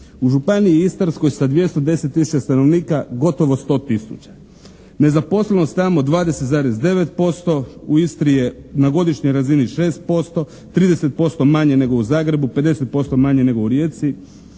U županiji Istarskoj sa 210 tisuća stanovnika gotovo 100 tisuća. Nezaposlenost tamo 20,9%, u Istri je na godišnjoj razini 6%, 30% manje nego u Zagrebu, 50% manje nego u Rijeci.